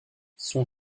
son